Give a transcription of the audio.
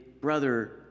brother